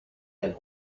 and